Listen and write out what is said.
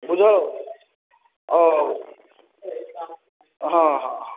बुझल ओ हँ हँ